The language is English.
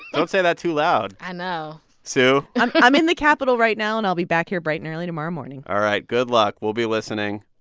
don't say that too loud i know sue i'm i'm in the capitol right now, and i'll be back here bright and early tomorrow morning all right. good luck. we'll be listening.